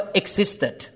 existed